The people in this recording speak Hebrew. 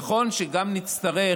נכון שגם נצטרך,